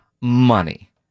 money